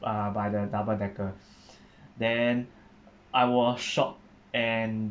uh by the double decker then I was shocked and